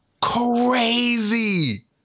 Crazy